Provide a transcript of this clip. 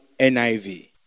NIV